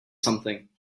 something